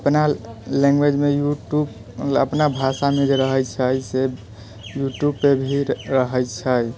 अपना लैंग्वेजमे YouTube अपना भाषामे जे रहै छै से यू ट्यूबपर भी रहै छै